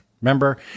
remember